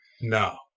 no